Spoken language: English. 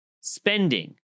spending